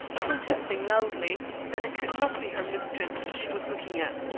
protesting loudly that it could not be her mistress she was looking at.